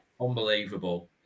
Unbelievable